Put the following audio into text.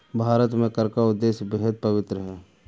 भारत में कर का उद्देश्य बेहद पवित्र है